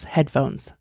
Headphones